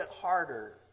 harder